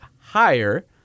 higher